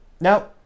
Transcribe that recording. Now